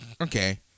okay